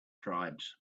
tribes